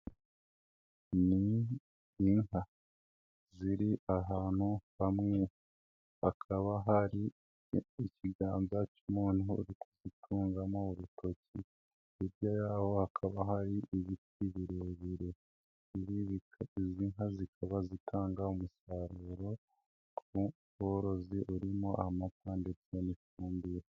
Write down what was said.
Ni inka. Ziri ahantu hamwe. Hakaba hari ikiganza cy'umuntu uri kuzitungamo urutoki. Hiryaho hakaba hari ibiti birebire. Izi nka zikaba zitanga umusaruro ku borozi urimo amata ndetse n'ifumbira.